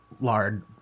lard